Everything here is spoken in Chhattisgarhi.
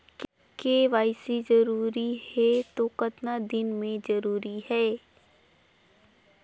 के.वाई.सी जरूरी हे तो कतना दिन मे जरूरी है?